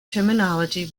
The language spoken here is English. terminology